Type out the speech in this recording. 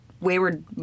wayward